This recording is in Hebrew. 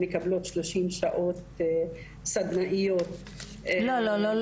מקבלות שלושים שעות סדנאיות- -- לא,